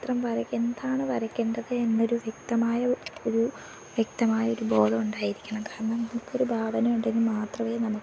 ചിത്രം വരയ്ക്കുക എന്താണ് വരയ്ക്കേണ്ടത് എന്ന ഒരു വ്യക്തമായ ഒരു വ്യക്തമായ ഒരു ബോധമുണ്ടായിരിക്കണം കാരണം നമക്ക് ഒരു ഭാവന ഉണ്ടെങ്കിൽ മാത്രമേ നമുക്ക്